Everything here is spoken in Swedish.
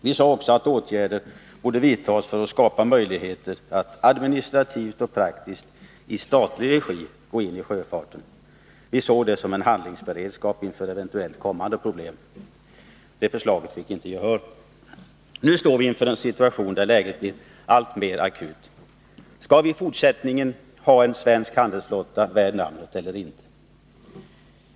Vi sade också att åtgärder borde vidtas för att skapa möjligheter att man administrativt och praktiskt i statlig regi skulle kunna gå in i sjöfarten. Vi såg det som en handlingsberedskap inför eventuellt kommande problem. Det förslaget fick inte gehör. Nu står vi inför en situation där läget blir alltmer akut. Skall vi i fortsättningen ha en svensk handelsflotta värd namnet eller inte?